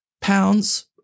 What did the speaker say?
pounds